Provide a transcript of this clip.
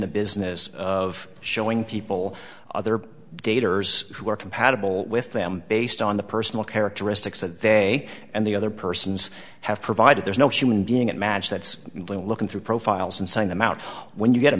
the business of showing people other daters who are compatible with them based on the personal characteristics that they and the other persons have provided there's no human being at match that's looking through profiles and seeing them out when you get a